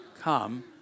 come